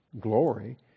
glory